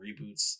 reboots